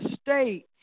state